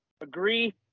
agree